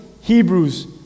Hebrews